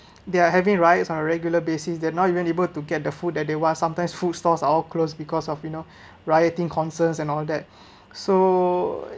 they are having rights on a regular basis they are not even able to get the food that they want sometimes food stores are all closed because of you know rioting concerns and all that so